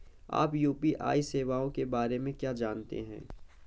आप यू.पी.आई सेवाओं के बारे में क्या जानते हैं?